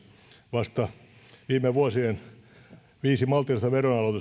vasta viime vuosien viisi maltillista